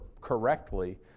correctly